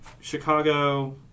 Chicago